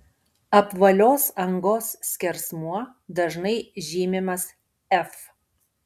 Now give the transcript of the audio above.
apvalios angos skersmuo dažnai žymimas f